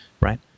right